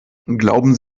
glauben